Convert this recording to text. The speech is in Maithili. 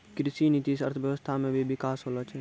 कृषि नीति से अर्थव्यबस्था मे भी बिकास होलो छै